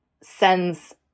sends